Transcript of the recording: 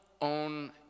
own